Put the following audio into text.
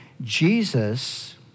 Jesus